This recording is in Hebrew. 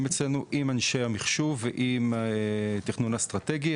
אצלנו עם אנשי המחשוב ועם תכנון אסטרטגי.